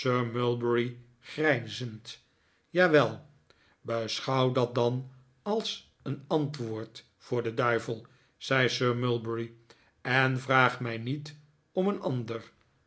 mulberry grijnzend jawel beschouw dat dan als een antwoord voor den duivel zei sir mulberry en vraag mij niet om een ander